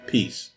Peace